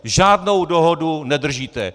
Žádnou dohodu nedržíte!